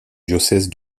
diocèse